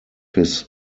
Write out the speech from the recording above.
his